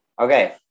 Okay